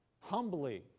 humbly